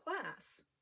class